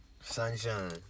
Sunshine